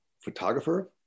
photographer